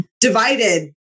Divided